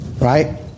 Right